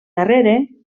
darrere